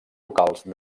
locals